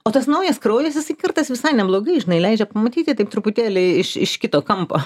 o tas naujas kraujas jisai kartais visai neblogai žinai leidžia pamatyti taip truputėlį iš kito kampo